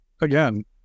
again